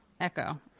echo